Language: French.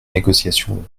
négociations